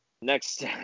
next